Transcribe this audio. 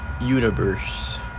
universe